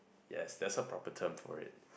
yes that's the proper term for it